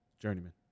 journeyman